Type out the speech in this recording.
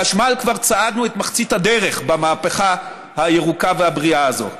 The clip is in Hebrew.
בחשמל כבר צעדנו את מחצית הדרך במהפכה הירוקה והבריאה הזאת.